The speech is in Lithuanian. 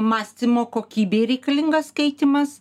mąstymo kokybei reikalingas skaitymas